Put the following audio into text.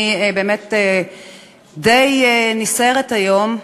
אני באמת די נסערת היום,